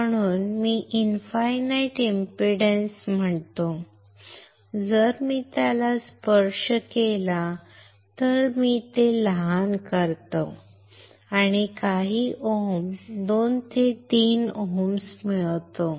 म्हणून मी infinite impedance म्हणतो जर मी त्याला स्पर्श केला तर मी तो लहान करतो आणि काही ohms 2 ते 3 ohms मिळवतो